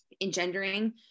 engendering